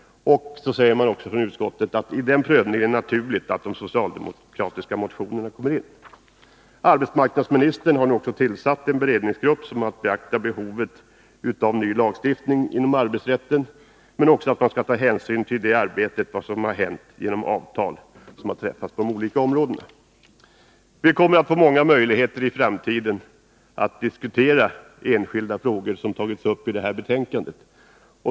I den prövningen anser utskottet att det är naturligt att de socialdemokratiska motionerna kommer in. Arbetsmarknadsministern har nu också tillsatt en beredningsgrupp som har att beakta behovet av ny lagstiftning inom arbetsrätten men även ta hänsyn till vad som har hänt genom att avtal har träffats på olika områden. 19 Vi kommer i framtiden att få många möjligheter att diskutera de enskilda frågor som har tagits upp i detta betänkande.